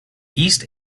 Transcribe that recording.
east